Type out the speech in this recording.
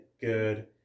good